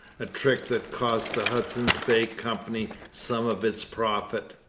a trick that cost the hudson's bay company some of its profit.